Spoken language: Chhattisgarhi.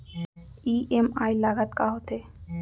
ई.एम.आई लागत का होथे?